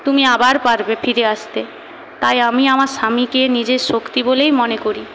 তুমি আবার পারবে ফিরে আসতে তাই আমি আমার স্বামীকে নিজের শক্তি বলেই মনে করি